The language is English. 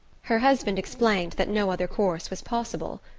her husband explained that no other course was possible.